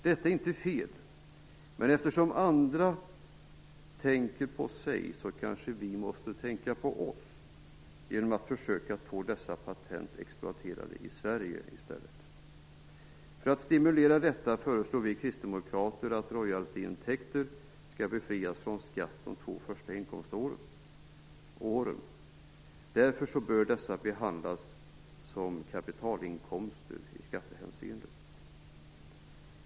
Detta är inte fel, men eftersom andra tänker på sig kanske vi måste tänka på oss genom att försöka få dessa patent exploaterade i Sverige i stället. För att stimulera detta föreslår vi kristdemokrater att royaltyintäkter befrias från skatt de två första inkomståren. Därefter bör dessa behandlas som kapitalinkomster i skattehänseende.